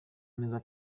neza